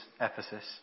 Ephesus